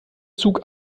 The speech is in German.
zug